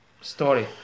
story